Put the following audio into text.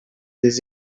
des